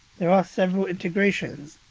there are several integrations.